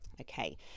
Okay